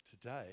Today